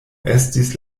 estis